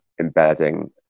embedding